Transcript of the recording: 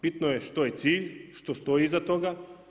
Bitno je što je cilj, što stoji iza toga.